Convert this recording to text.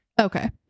Okay